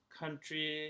country